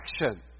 action